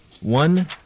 one